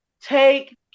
take